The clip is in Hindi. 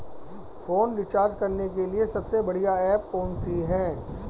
फोन रिचार्ज करने के लिए सबसे बढ़िया ऐप कौन सी है?